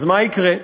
מה יקרה?